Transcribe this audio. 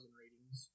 ratings